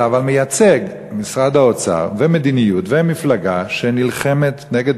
אתה מייצג את משרד האוצר ומדיניות ומפלגה שנלחמת נגד